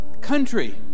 country